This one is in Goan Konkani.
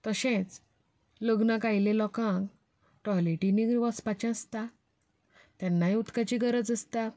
तशेंच लग्नाक आयिल्ल्या लोकांक टॉयलेटिंनी बी वचपाचें आसता तेन्नाय उदकाची गरज आसता